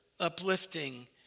uplifting